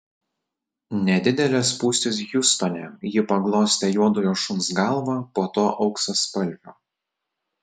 nedidelės spūstys hjustone ji paglostė juodojo šuns galvą po to auksaspalvio